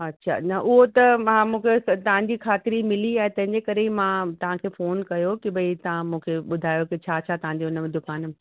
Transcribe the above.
अछा न उहो त मां मूंखे त तव्हांजी ख़ातिरी मिली आहे तंहिंजे करे ई मां तव्हांखे फ़ोन कयो की भई तव्हां मूंखे ॿुधायो की छा छा तव्हांजे हुन में दुकान में